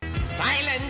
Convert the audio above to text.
Silence